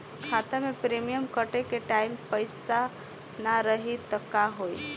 खाता मे प्रीमियम कटे के टाइम पैसा ना रही त का होई?